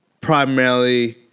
primarily